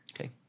Okay